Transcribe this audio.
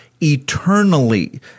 eternally